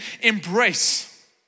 embrace